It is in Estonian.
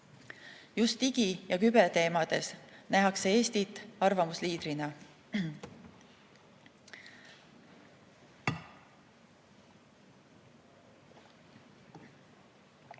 Just digi‑ ja küberteemades nähakse Eestit arvamusliidrina.